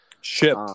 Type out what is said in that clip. Ship